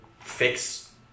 fix